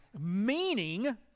meaning